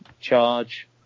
charge